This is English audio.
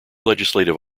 legislative